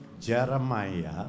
Jeremiah